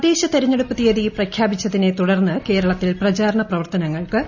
തദ്ദേശ തിരഞ്ഞെടുപ്പു തീയതി പ്രഖ്യാപിച്ചതിനെ തുടർന്ന് കേരളത്തിൽ പ്രചാരണ പ്രവർത്തനങ്ങൾക്ക് തുടക്കമായി